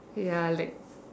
ya like